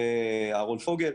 מר אהרון פוגל.